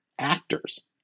actors